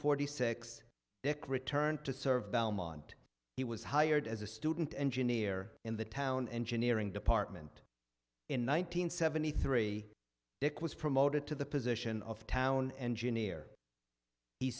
forty six dick returned to serve belmont he was hired as a student engineer in the town engineering department in one nine hundred seventy three dick was promoted to the position of town engineer he